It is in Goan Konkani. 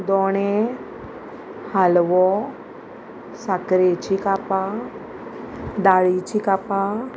दोणे हालवो साकरेची कापां दाळीचीं कापां